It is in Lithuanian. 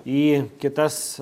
į kitas